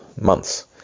months